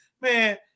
Man